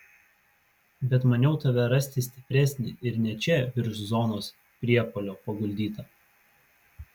bet maniau tave rasti stipresnį ir ne čia virš zonos priepuolio paguldytą